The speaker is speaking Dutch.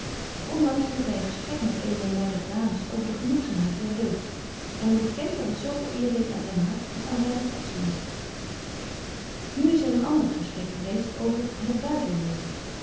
onlangs hieldt hy een gesprek met eene myner dames over de genoegzaamheid der deugd en ik beken dat het betje wolff en aagje deken historie van mejuffrouw sara burgerhart zo veel eer deedt aan zyn hart als aan zynen godsdienst nu is er een ander gesprek geweest over het